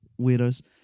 weirdos